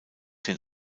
den